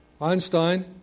Einstein